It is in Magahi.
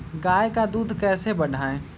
गाय का दूध कैसे बढ़ाये?